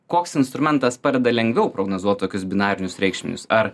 koks instrumentas padeda lengviau prognozuot tokius binarinius reikšminius ar